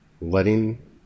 letting